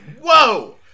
whoa